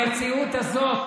במציאות הזאת